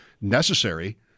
necessary